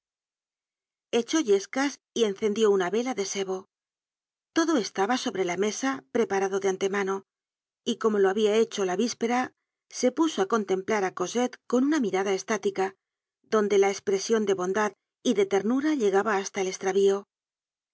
echó yescas y encendió una vela de sebo todo estaba sobre la mesa preparado de antemano y como lo habia hecho la víspera se puso á contemplar á cosette con una mirada estática donde la cspresion de bondad y de ternura llegaba hasta el estravío